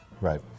Right